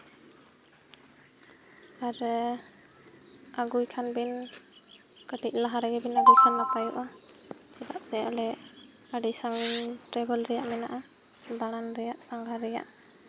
ᱟᱨ ᱟᱹᱜᱩᱭ ᱠᱷᱟᱱ ᱵᱤᱱ ᱠᱟᱹᱴᱤᱡ ᱞᱟᱦᱟ ᱨᱮᱵᱤᱱ ᱟᱹᱜᱩᱭ ᱠᱷᱟᱱ ᱱᱟᱯᱟᱭᱚᱜᱼᱟ ᱪᱮᱫᱟᱜ ᱥᱮ ᱟᱞᱮ ᱟᱹᱰᱤ ᱥᱟᱺᱜᱤᱧ ᱨᱮ ᱴᱨᱟᱵᱷᱚᱞ ᱨᱮᱱᱟᱜ ᱢᱮᱱᱟᱜᱼᱟ ᱫᱟᱬᱟᱱ ᱨᱮᱭᱟᱜ ᱥᱟᱸᱜᱷᱟᱨ ᱨᱮᱭᱟᱜ